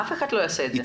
אף אחד לא יעשה את זה.